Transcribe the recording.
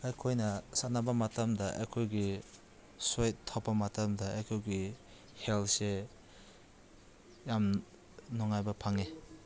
ꯑꯩꯈꯣꯏꯅ ꯁꯥꯟꯅꯕ ꯃꯇꯝꯗ ꯑꯩꯈꯣꯏꯒꯤ ꯏꯁꯋꯦꯠ ꯊꯣꯛꯄ ꯃꯇꯝꯗ ꯑꯩꯈꯣꯏꯒꯤ ꯍꯦꯜꯠꯁꯦ ꯌꯥꯝ ꯅꯨꯡꯉꯥꯏꯒ ꯐꯪꯉꯦ